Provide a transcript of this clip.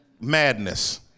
madness